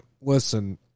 Listen